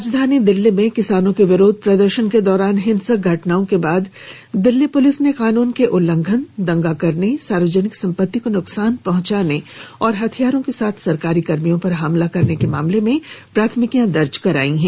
राजधानी दिल्ली में किसानों के विरोध प्रदर्शन के दौरान हिंसक घटनाओं के बाद दिल्ली पुलिस ने कानून के उल्लंघन दंगा करने सार्वजनिक संपत्ति को नुकसान पहुंचाने और हथियारों के साथ सरकारी कर्मियों पर हमला करने के मामलों में प्राथमिकियां दर्ज कराई हैं